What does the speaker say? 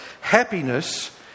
Happiness